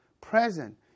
present